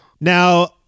Now